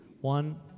One